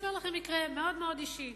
אספר לכם מקרה מאוד-מאוד אישי,